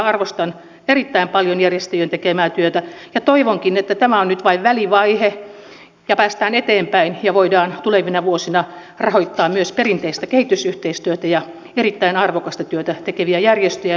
arvostan erittäin paljon järjestöjen tekemää työtä ja toivonkin että tämä on nyt vain välivaihe ja päästään eteenpäin ja voidaan tulevina vuosina rahoittaa myös perinteistä kehitysyhteistyötä ja erittäin arvokasta työtä tekeviä järjestöjä